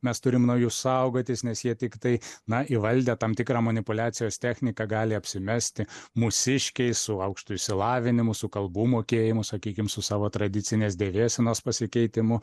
mes turim nuo jų saugotis nes jie tiktai na įvaldę tam tikrą manipuliacijos techniką gali apsimesti mūsiškiai su aukštu išsilavinimu su kalbų mokėjimu sakykim su savo tradicinės dvėsenos pasikeitimu